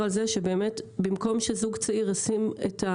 דברת על זה שעל הקרקע נשלם חכירה במקום את הסכום